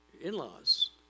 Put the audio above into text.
in-laws